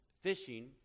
fishing